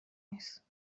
نیست